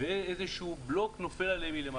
ואיזשהו בלוק נופל עליהם מלמעלה.